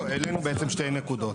העלינו שתי נקודות.